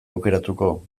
aukeratuko